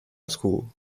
school